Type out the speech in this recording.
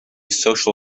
social